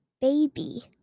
baby